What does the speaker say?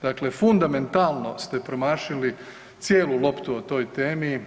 Dakle, fundamentalno ste promašili cijelu loptu o toj temi.